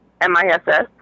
M-I-S-S